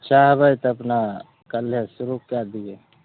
चाहबइ तऽ अपना कल्हेसँ शुरु कए दियौ